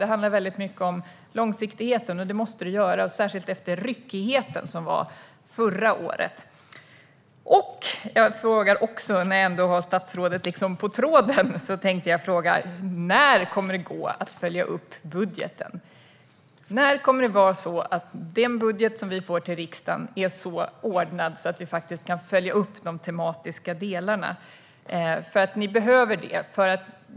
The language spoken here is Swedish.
Det handlar väldigt mycket om långsiktigheten, och det måste det göra, särskilt efter ryckigheten förra året. När jag ändå har statsrådet på tråden tänkte jag fråga när det kommer att gå att följa upp budgeten. När kommer det att vara så att den budget vi får till riksdagen är så ordnad att vi kan följa upp de tematiska delarna? Ni behöver det.